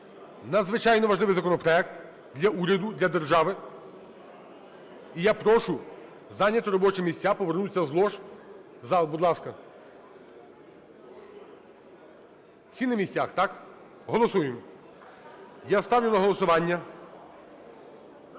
Надзвичайно важливий законопроект для уряду, для держави. І я прошу зайняти робочі місця, повернутися з лож в зал, будь ласка. Всі на місцях, так? Голосуємо. Я ставлю на голосування